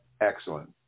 Excellent